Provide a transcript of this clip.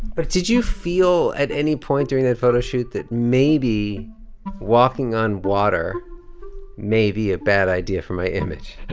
but did you feel, at any point during that photoshoot, that, maybe walking on water may be a bad idea for my image?